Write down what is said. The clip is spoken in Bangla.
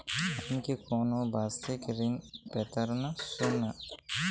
আমি কি কোন বাষিক ঋন পেতরাশুনা?